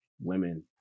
women